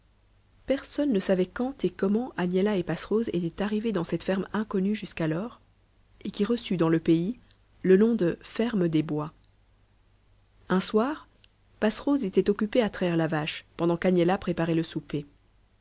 personne ne savait quand et comment agnella et passerose étaient arrivées dans cette ferme inconnue jusqu'alors et qui reçut dans le pays le nom de ferme des bois un soir passerose était occupée à traire la vache pendant qu'agnella préparait le souper